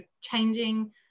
changing